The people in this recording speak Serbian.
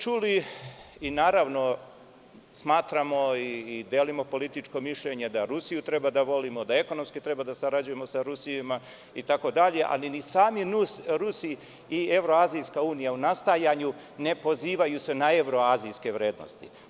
Čuli smo i smatramo i delimo političko mišljenje da Rusiju treba da volimo, da ekonomski treba da sarađujemo sa Rusima itd, ali ni sami Rusi i Evroazijska unija u nastajanju ne pozivaju se na evroazijske vrednosti.